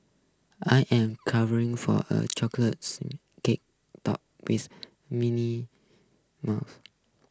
I am craving for a Chocolate Sponge Cake Topped with Mint Mousse